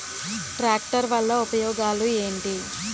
Tractor వల్ల ఉపయోగాలు ఏంటీ?